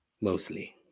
Mostly